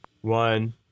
One